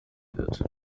wird